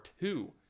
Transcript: two